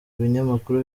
binyamakuru